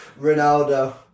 Ronaldo